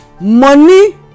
money